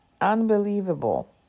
Unbelievable